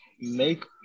make